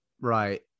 Right